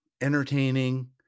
Entertaining